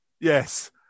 Yes